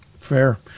Fair